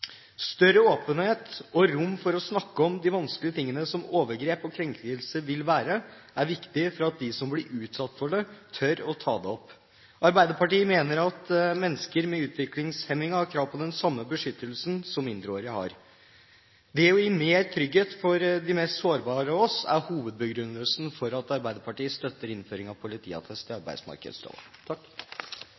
Større åpenhet og rom for å snakke om de vanskelige tingene som overgrep og krenkelser vil være, er viktig for at de som blir utsatt for det, tør å ta det opp. Arbeiderpartiet mener at mennesker med utviklingshemming har krav på den samme beskyttelsen som mindreårige har. Det å gi mer trygghet for de mest sårbare av oss er hovedbegrunnelsen for at Arbeiderpartiet støtter innføring av politiattest i